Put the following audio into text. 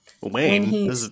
Wayne